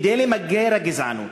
כדי למגר הגזענות,